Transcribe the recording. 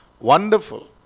wonderful